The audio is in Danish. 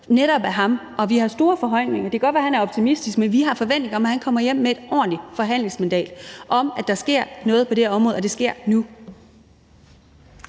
netop ham, og vi har store forventninger. Det kan godt være, at han er optimistisk, men vi har forventninger om, at han kommer hjem med et ordentligt forhandlingsmandat, og om, at der sker noget på det her område, og at det sker nu.